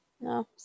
No